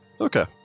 Okay